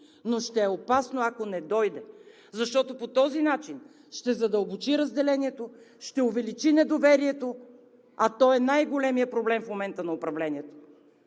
но ще е опасно, ако не дойде, защото по този начин ще задълбочи разделението, ще увеличи недоверието, а то е най-големият проблем в момента на управлението!